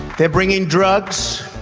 they are bringing drugs,